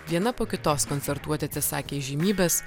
viena po kitos koncertuoti atsisakė įžymybės